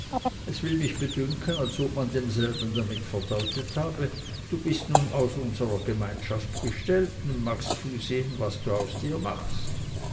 es will mich bedünken als ob man demselben damit verdeutet habe du bist nun außer unsere gemeinschaft gestellt und magst zusehen was du aus dir machst